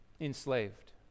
enslaved